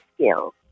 skills